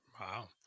Wow